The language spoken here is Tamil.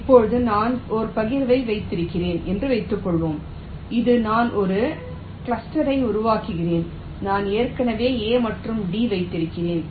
இப்போது நான் ஒரு பகிர்வை வைத்திருக்கிறேன் என்று வைத்துக்கொள்வோம் இது நான் ஒரு கிளஸ்டரை உருவாக்குகிறேன் நான் ஏற்கனவே A மற்றும் D வைத்திருக்கிறேன்